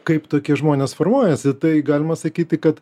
kaip tokie žmonės formuojasi tai galima sakyti kad